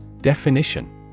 Definition